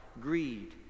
Greed